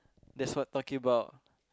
that's what I'm talking about